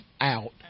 out